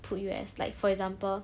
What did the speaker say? put you as like for example